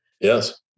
Yes